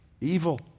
evil